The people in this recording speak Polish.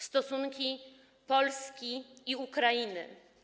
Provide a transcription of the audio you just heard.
Stosunki Polski i Ukrainy.